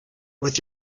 with